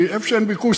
כי איפה שאין ביקוש,